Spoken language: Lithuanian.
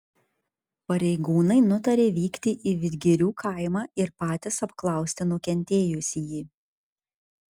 pareigūnai nutarė vykti į vidgirių kaimą ir patys apklausti nukentėjusįjį